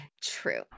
True